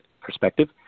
perspective